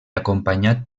acompanyat